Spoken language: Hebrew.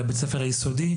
לבית הספר היסודי.